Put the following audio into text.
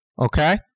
Okay